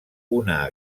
una